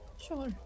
sure